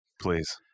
please